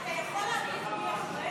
אתה יכול להגיד מי